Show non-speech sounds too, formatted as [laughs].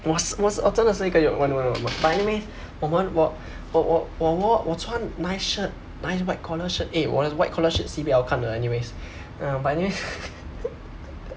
我是我真的是一个温柔的人 but anyway 我们我我我我我穿 nice shirt nice white collar shirt eh 我的 white collar shirt sibeh 好看的 anyways ah but anyway [laughs]